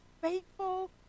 faithful